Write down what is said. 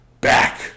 Back